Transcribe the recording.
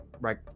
right